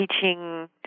teaching